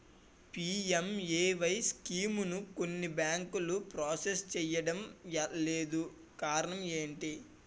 PMAY స్కీమును కొన్ని బ్యాంకులు ప్రాసెస్ చేయడం లేదు కారణం ఏమిటి?